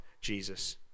Jesus